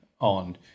on